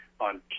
on